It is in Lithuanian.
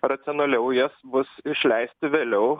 racionaliau jas bus išleisti vėliau